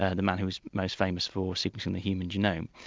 ah the man who's most famous for sequencing the human genome,